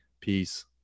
Peace